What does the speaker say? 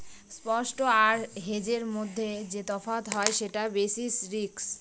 spot আর হেজের মধ্যে যে তফাৎ হয় সেটা বেসিস রিস্ক